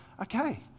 Okay